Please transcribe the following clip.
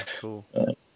Cool